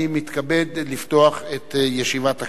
אני פותח את ישיבת הכנסת.